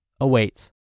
awaits